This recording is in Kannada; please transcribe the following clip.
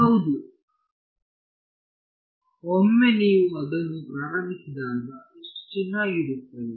ಹೌದು ಒಮ್ಮೆ ನೀವು ಅದನ್ನು ಪ್ರಾರಂಭಿಸಿದಾಗ ಎಷ್ಟು ಚೆನ್ನಾಗಿರುತ್ತದೆ